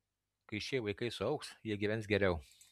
kai šie vaikai suaugs jie gyvens geriau